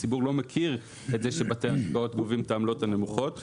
הציבור לא מכיר את זה שבתי השקעות גובים את העמלות הנמוכות.